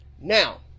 Now